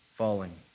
Falling